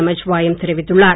நமச்சிவாயம் தெரிவித்துள்ளார்